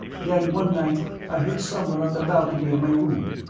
then one night i heard someone on the balcony of my room.